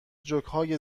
جوکهای